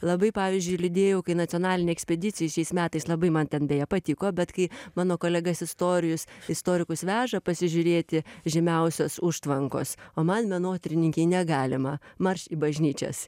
labai pavyzdžiui lydėjau kai nacionalinė ekspedicija šiais metais labai man ten beje patiko bet kai mano kolegas istorijus istorikus veža pasižiūrėti žymiausios užtvankos o man menotyrininkei negalima marš į bažnyčias